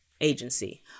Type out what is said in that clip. agency